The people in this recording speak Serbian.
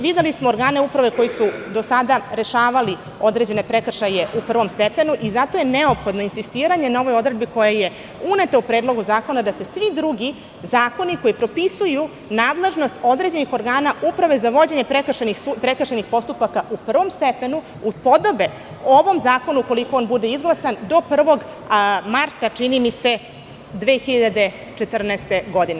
Videli smo organe uprave koji su do sada rešavali određene prekršaje u prvom stepenu i zato je neophodno insistiranje na ovoj odredbi koja je uneta u Predlog zakona, da se svi drugi zakoni, koji propisuju nadležnost određenih organa uprave za vođenje prekršajnih postupaka u prvom stepenu, upodobe ovom zakonu, ukoliko on bude izglasan, do 1. marta, čini mi se, 2014. godine.